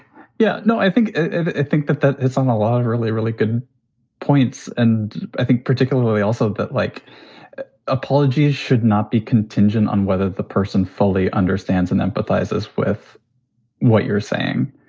yeah, no, i think i think that it's on a lot of really, really good points. and i think particularly also but like apologies should not be contingent on whether the person fully understands and empathizes with what you're saying,